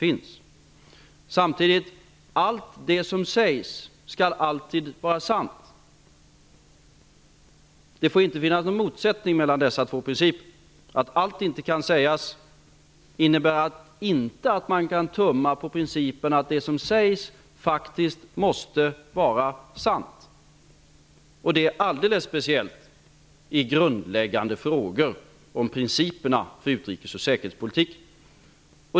En annan princip är att det som sägs alltid skall vara sant. Det får inte finnas någon motsättning mellan dessa två principer. Att allt inte kan sägas innebär inte att man kan tumma på principen att det som sägs faktiskt måste vara sant. Detta gäller särskilt i grundläggande frågor om principerna för utrikesoch säkerhetspolitiken.